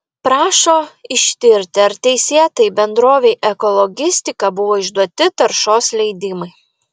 prašo ištirti ar teisėtai bendrovei ekologistika buvo išduoti taršos leidimai